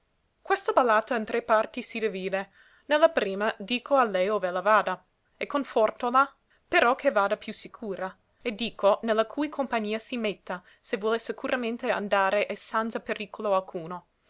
questa ballata in tre parti si divide ne la prima dico a lei ov'ella vada e confòrtola però che vada più sicura e dico ne la cui compagnia si metta se vuole sicuramente andare e sanza pericolo alcuno